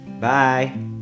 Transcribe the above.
Bye